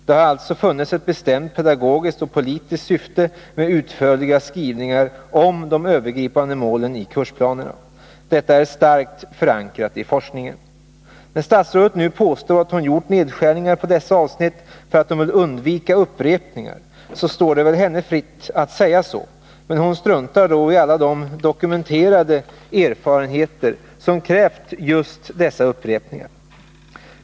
Det har alltså funnits ett bestämt pedagogiskt och politiskt syfte med dessa utförliga skrivningar. Detta är också starkt förankrat i forskningen. Statsrådet påstår nu att hon gjort nedskärningar i dessa avsnitt för att hon vill undvika upprepningar, och det står naturligtvis henne fritt att säga så, men hon struntar då i alla de väl dokumenterade erfarenheter som krävt just dessa upprepningar.